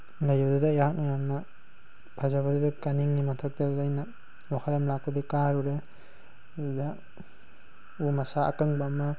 ꯂꯩꯕꯗꯨꯗ ꯑꯩꯍꯥꯛꯅ ꯐꯖꯕꯗꯨꯗ ꯀꯥꯅꯤꯡꯉꯤ ꯃꯊꯛꯇꯨꯗ ꯑꯩꯅ ꯋꯥꯈꯜ ꯑꯃ ꯂꯥꯛꯄꯗꯨꯗ ꯀꯥꯔꯨꯔꯦ ꯑꯗꯨꯗ ꯎ ꯃꯁꯥ ꯑꯀꯪꯕ ꯑꯃ